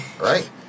right